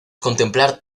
contemplar